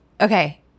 okay